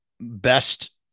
best